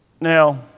Now